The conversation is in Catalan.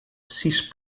sis